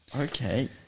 Okay